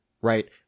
right